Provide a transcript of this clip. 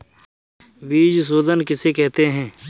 बीज शोधन किसे कहते हैं?